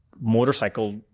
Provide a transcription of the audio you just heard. motorcycle